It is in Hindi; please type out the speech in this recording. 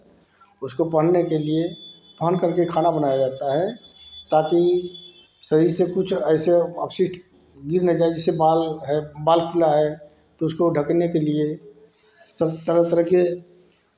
उसको पहनने के लिए पहन करके खाना बनाया जाता है ताकि शरीर से कुछ ऐसे अवशिष्ट गिर न जाए जैसे बाल है बाल खुला है तो उसको ढकने के लिए सब तरह तरह के